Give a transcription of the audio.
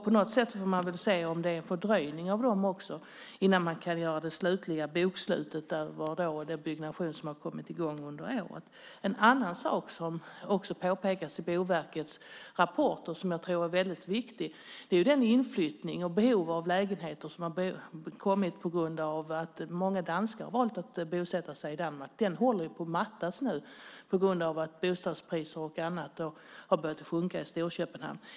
På något sätt blir det en fördröjning innan man kan göra det slutliga bokslutet där den byggnation som har kommit i gång under året är med. En annan sak som också påpekas i Boverkets rapport, och som jag tror är väldigt viktig, är den inflyttning och det behov av lägenheter som har kommit på grund av att många danskar har valt att bosätta sig där. Det håller på att mattas av nu på grund av att bostadspriserna har börjat sjunka i Storköpenhamn.